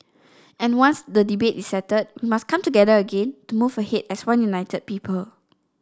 and once the debate is settled we must come together again to move ahead as one united people